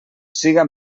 siga